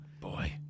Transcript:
Boy